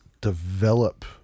develop